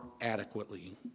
adequately